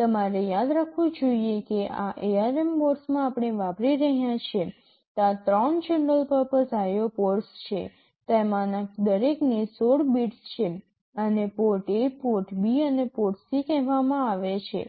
તમારે યાદ રાખવું જોઈએ કે આ ARM બોર્ડમાં આપણે વાપરી રહ્યા છીએ ત્યાં ત્રણ જનરલ પર્પસ IO પોર્ટ્સ છે તેમાંના દરેકને 16 બિટ્સ છે આને પોર્ટ A પોર્ટ B અને પોર્ટ C કહેવામાં આવે છે